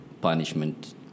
punishment